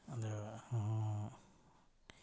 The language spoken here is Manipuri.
ꯑꯗꯨꯒ